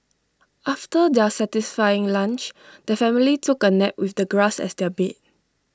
after their satisfying lunch the family took A nap with the grass as their bed